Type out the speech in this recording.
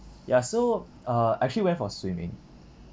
ya so uh actually went for swimming